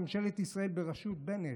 ממשלת ישראל בראשות בנט,